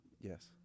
Yes